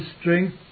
strength